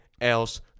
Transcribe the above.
else